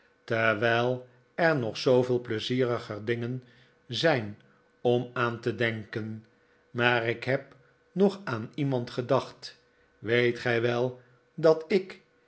terwijl er nog zooveel pleizieriger dingen zijn om aan te denken maar ik neb nog aan iemand gedacht weet gij wel dat ik